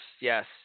Yes